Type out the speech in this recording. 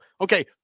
Okay